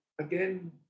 again